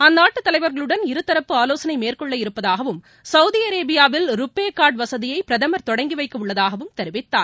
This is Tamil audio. அந்நாட்டு தலைவர்களுடன் இருதரப்பு ஆவோசனை மேற்கொள்ள இருப்பதாகவும் சவுதி அரேபியாவில் ருபே கார்டு வசதியை பிரதமர் தொடங்கிவைக்க உள்ளதாகவும் தெரிவித்தார்